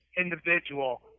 individual